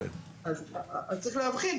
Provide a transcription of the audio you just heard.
צריך להבחין.